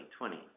2020